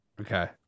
Okay